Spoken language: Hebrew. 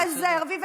הרזרבי,